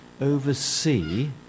oversee